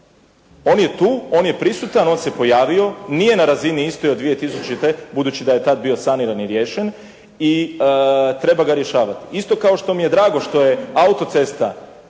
on je tu, on je prisutan, on se pojavio, nije na razini isti od 2000. budući da je tada bio saniran i riješen i treba ga rješavati. Isto kao što mi je drago što je autocesta